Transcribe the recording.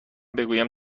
بگویم